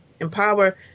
empower